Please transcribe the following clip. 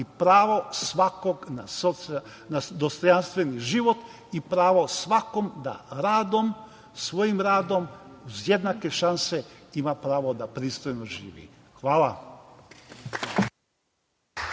i pravo svakog na dostojanstveni život i pravo svakog da radom, svojim radom uz jednake šanse ima pravo da pristojno živi. Hvala